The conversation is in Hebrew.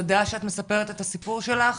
ותודה שאת מספרת את הסיפור שלך,